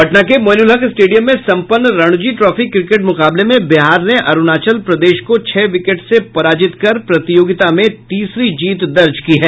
पटना के मोईनुल हक स्टेडियम में संपन्न रणजी ट्रॉफी क्रिकेट मुकाबले में बिहार ने अरूणाचल प्रदेश को छह विकेट से पराजित कर प्रतियोगिता में तीसरी जीत दर्ज की है